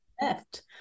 left